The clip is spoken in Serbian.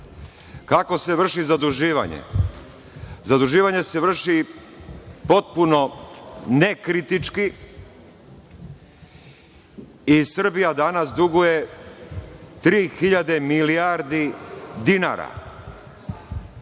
Kako se vrši zaduživanje? Zaduživanje se vrši potpuno nekritički i Srbija danas duguje tri hiljade milijardi dinara,